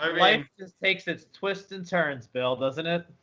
um life just takes its twists and turns, bill. doesn't it?